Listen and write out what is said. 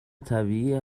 طبیعیه